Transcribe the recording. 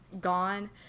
gone